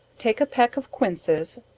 take a peck of quinces,